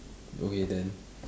okay then